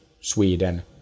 Sweden